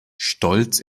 stolz